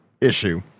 issue